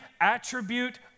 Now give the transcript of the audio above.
attribute